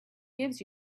gives